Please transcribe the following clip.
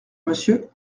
monsieur